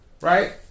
Right